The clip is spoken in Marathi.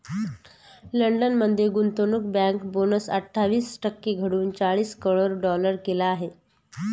लंडन मध्ये गुंतवणूक बँक बोनस अठ्ठावीस टक्के घटवून चाळीस करोड डॉलर केला आहे